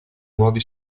nuovi